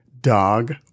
dog